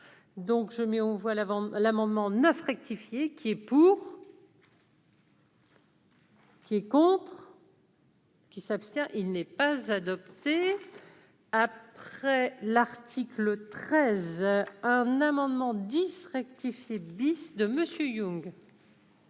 donc je mais on voit l'avant l'amendement 9. Ratifier qui est pour. Qui est contre. Qui s'abstient, il n'est pas adopté après l'article 13 un amendement 10 rectifié bis de Monsieur Young.